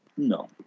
No